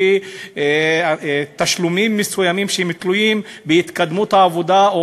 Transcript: או לפי תשלומים מסוימים שתלויים בהתקדמות העבודה,